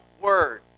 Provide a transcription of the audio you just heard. Word